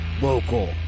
local